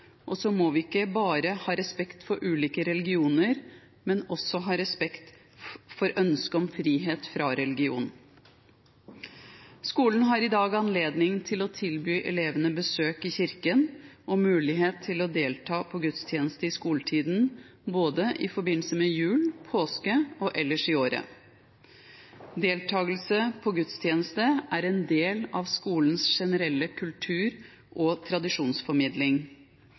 og vi må ikke bare ha respekt for ulike religioner, men også ha respekt for ønsket om frihet fra religion. Skolen har i dag anledning til å tilby elevene besøk i kirken og mulighet til å delta på gudstjeneste i skoletiden, i forbindelse med både jul, påske og ellers i året. Deltakelse på gudstjeneste er en del av skolens generelle kultur- og tradisjonsformidling,